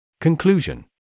Conclusion